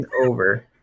over